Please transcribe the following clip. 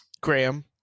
Graham